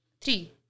Three